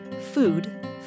food